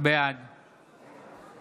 בעד